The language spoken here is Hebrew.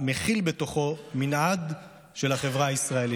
המכיל בתוכו מנעד של החברה הישראלית,